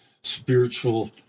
spiritual